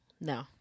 No